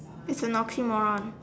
he's an oxymoron